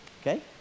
Okay